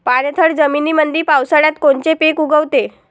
पाणथळ जमीनीमंदी पावसाळ्यात कोनचे पिक उगवते?